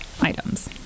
items